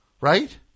right